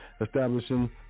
establishing